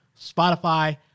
Spotify